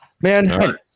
Man